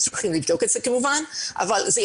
צריכים כמובן לבדוק את זה,